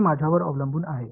எவ்வளவு நன்றாக என்பது